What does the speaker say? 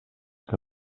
que